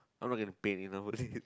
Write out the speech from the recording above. how long they have to pay me now for this